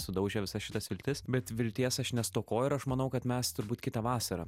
sudaužė visas šitas viltis bet vilties aš nestokoju ir aš manau kad mes turbūt kitą vasarą